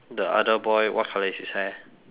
the other boy what colour is his hair